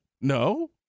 No